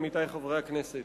עמיתי חברי הכנסת,